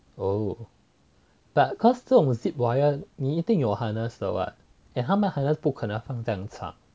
oh but cause 这种 zip wire 你一定有 harness 的 [what] and 他们好像不可能放这样长